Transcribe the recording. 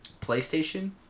PlayStation